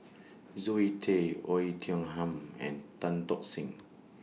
Zoe Tay Oei Tiong Ham and Tan Tock Seng